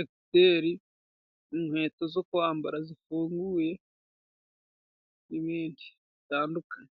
ekuyeri, inkweto zo kwambara zifunguye, n'ibindi bitandukanye.